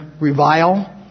revile